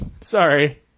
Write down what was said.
sorry